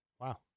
Wow